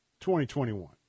2021